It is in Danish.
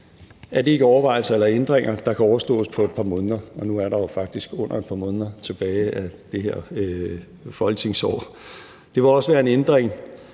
er det ikke overvejelser eller ændringer, der kan overstås på et par måneder, og nu er der jo faktisk under et par måneder tilbage af det her folketingsår. Det vil også være en ændring,